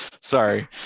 Sorry